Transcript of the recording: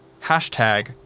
hashtag